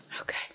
Okay